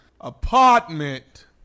Apartment